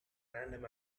random